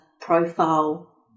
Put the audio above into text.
profile